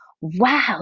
wow